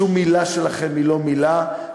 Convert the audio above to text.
שום מילה שלכם היא לא מילה,